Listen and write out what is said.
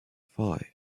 five